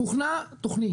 הוכנה תכנית,